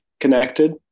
connected